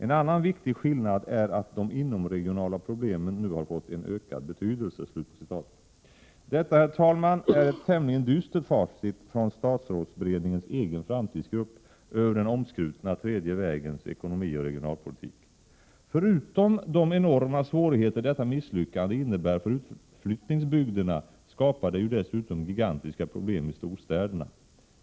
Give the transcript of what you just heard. En annan viktig skillnad är att de inomregionala problemen nu har fått en ökad betydelse.” Detta, herr talman, är ett tämligen dystert facit från statsrådsberedningens egen framtidsgrupp över den omskrutna tredje vägens ekonomi och regionalpolitik. Förutom de enorma svårigheter detta misslyckande innebär för utflyttningsbygderna skapar det ju dessutom gigantiska problem i storstäderna.